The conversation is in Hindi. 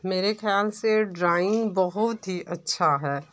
मेरे ख़याल से ड्राइंग बहुत ही अच्छा है